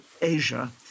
Asia